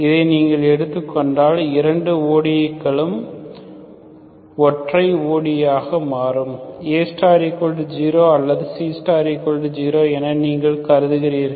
இதை நீங்கள் எடுத்துக் கொண்டால் இரண்டு ODE களும் ஒற்றை ODE ஆக மாறும் A0 or C0 என நீங்கள் கருதுகிறீர்கள